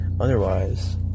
otherwise